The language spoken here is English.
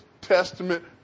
Testament